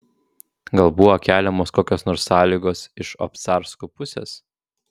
gal buvo keliamos kokios nors sąlygos iš obcarskų pusės